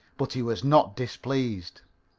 but he was not displeased.